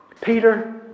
Peter